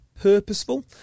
purposeful